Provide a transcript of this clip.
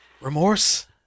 Remorse